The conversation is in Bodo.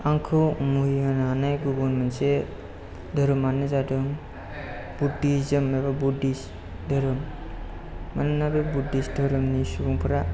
आंखौ मुहि होनानै गुबुन मोनसे धोरोमानो जादों बुद्धिजोम एबा बुद्धिस धोरोम मानोना बे बुद्धिस धोरोमनि सुबुंफ्रा